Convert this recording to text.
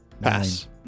Pass